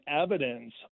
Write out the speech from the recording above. evidence